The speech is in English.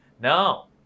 No